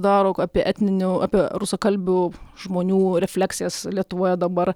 daro apie etninių apie rusakalbių žmonių refleksijas lietuvoje dabar